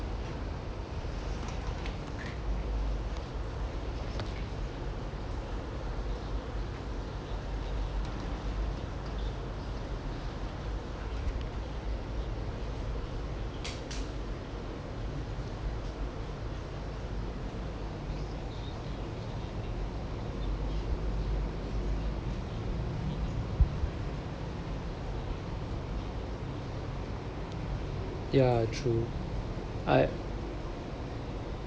ya true I